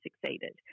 succeeded